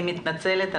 אני מתנצלת,